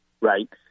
Right